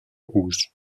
ruge